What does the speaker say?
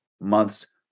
months